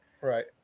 Right